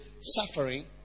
suffering